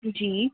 ਜੀ